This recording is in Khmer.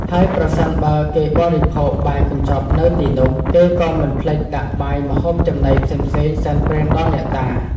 ហើយប្រសិនបើគេបរិភោគបាយកញ្ចប់នៅទីនោះ គេក៏មិនភ្លេចដាក់បាយម្ហូបចំណីផ្សេងៗសែនព្រេនដល់អ្នកតា។